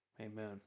amen